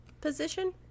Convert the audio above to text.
Position